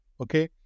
okay